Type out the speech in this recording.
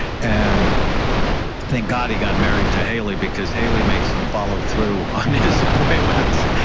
and thank god he got married to hailey because hailey makes him follow through on his appointments.